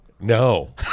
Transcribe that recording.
No